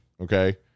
Okay